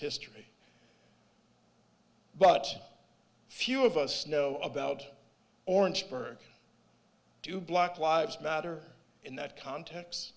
history but few of us know about orangeburg two black lives matter in that context